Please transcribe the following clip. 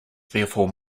therefore